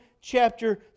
chapter